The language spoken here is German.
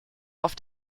auf